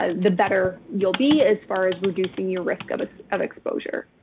ah the better you'll be as far as reducing your risk of s of exposure.